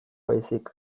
baizik